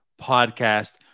podcast